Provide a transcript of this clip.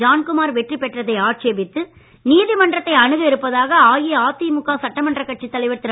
ஜான்குமார் வெற்றி பெற்றதை ஆட்சேபித்து நீதிமன்றத்தை அணுக இருப்பதாக அஇஅதிமுக சட்டமன்றக் கட்சி தலைவர் திரு